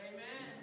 Amen